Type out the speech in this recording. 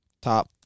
Top